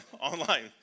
online